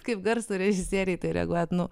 kaip garso režisieriai į tai reaguojate nu